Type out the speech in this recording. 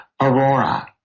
aurora